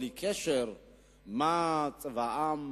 בלי קשר מה צבעם,